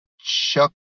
Chuck